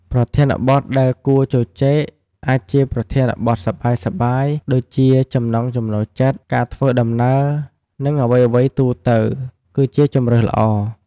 ប្រធានបទដែលគួរជជែក អាចជាប្រធានបទសប្បាយៗ ដូចជា ចំណង់ចំណូលចិត្ត ការធ្វើដំណើរ និងអ្វីៗទូទៅ គឺជាជម្រើសល្អ។